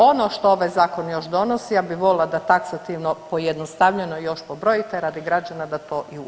Ono što ovaj zakon još donosi, ja bih volila da taksativno pojednostavljeno još pobrojite radi građana da to i uoče.